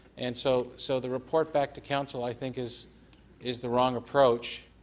and so so the report back to council i think is is the wrong approach.